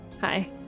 Hi